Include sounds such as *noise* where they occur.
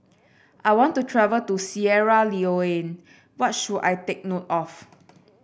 I want to travel to Sierra Leone what should I take note of *noise*